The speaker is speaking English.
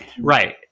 Right